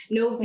no